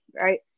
right